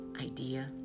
idea